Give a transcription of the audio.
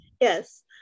yes